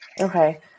Okay